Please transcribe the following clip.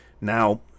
now